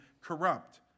corrupt